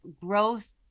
growth